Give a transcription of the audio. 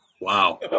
Wow